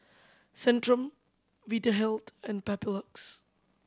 Centrum Vitahealth and Papulex